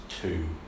two